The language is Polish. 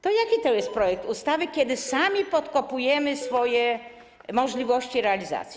To jaki to jest projekt ustawy, kiedy sami podkopujemy swoje możliwości realizacji?